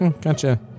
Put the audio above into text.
Gotcha